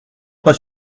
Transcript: pas